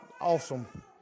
awesome